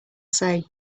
say